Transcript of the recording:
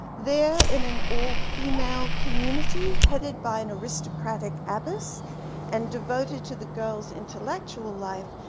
there in an all female community, headed by an aristocratic abbess and devoted to the girl's intellectual life.